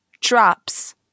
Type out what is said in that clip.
drops